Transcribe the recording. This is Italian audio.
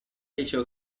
liceo